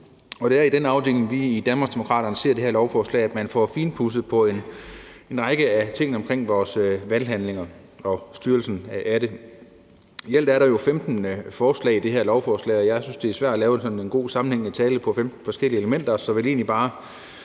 og det er i den afdeling, vi i Danmarksdemokraterne ser det her lovforslag, altså at man får finpudset en række af ting omkring vores valghandlinger og styrelsen af det. Reelt er der jo 15 forslag i det her lovforslag, og jeg synes, at det er svært sådan at lave en god, sammenhængende tale om 15 forskellige elementer, så jeg vil egentlig bare